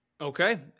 Okay